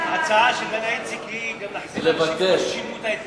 ההצעה של דליה איציק היא גם להחזיר לאנשים ששילמו את ההיטל.